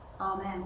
Amen